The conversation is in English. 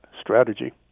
strategy